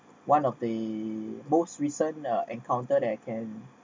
one of the most recent encounter that I can